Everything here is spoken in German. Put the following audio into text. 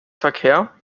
verkehr